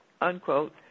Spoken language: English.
Unquote